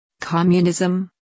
communism